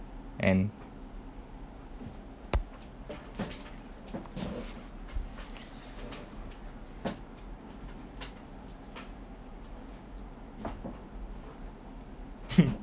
and